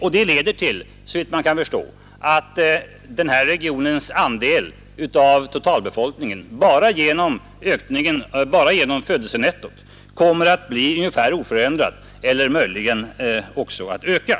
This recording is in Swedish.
Detta leder till, såvitt man förstår, att denna regions andel av totalbefolkningen bara genom födelsenettot kommer att bli oförändrad eller möjligen öka.